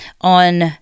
on